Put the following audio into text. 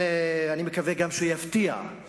לכן אני מקווה שהוא יפתיע גם